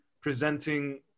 presenting